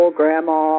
grandma